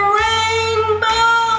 rainbow